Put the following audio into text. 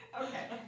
Okay